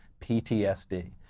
PTSD